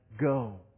Go